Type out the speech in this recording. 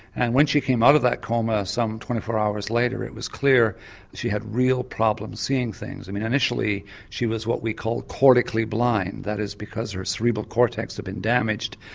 and when she came out of that coma some twenty four hours later it was clear that she had real problems seeing things. initially she was what we call cortically blind that is, because her cerebral cortex had been damaged.